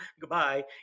goodbye